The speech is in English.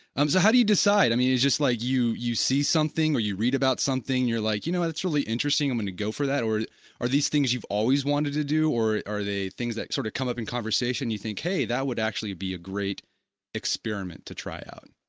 so, how do you decide, i mean, you just like you you see something or you read about something you're like you know that's really interesting i'm going to go for that or are these things you've always wanted to do or are they things that sort of come up in conversation, you think, hey that would actually be a great experiment to try out?